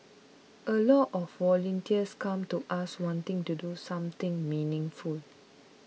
a lot of volunteers come to us wanting to do something meaningful